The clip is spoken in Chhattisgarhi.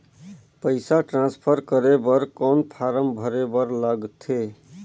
पईसा ट्रांसफर करे बर कौन फारम भरे बर लगथे?